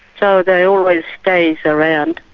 so they always stay around.